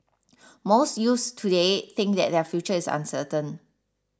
most youths today think that their future is uncertain